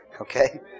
okay